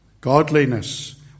Godliness